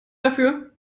dafür